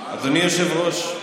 אדוני היושב-ראש,